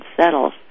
settles